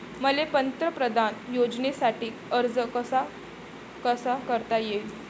मले पंतप्रधान योजनेसाठी अर्ज कसा कसा करता येईन?